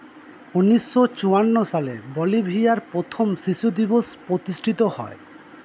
উনিশশো চুয়ান্ন সালে বলিভিয়ার প্রথম শিশু দিবস প্রতিষ্ঠিত হয়